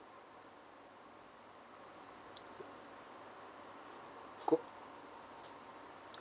guo